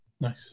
Nice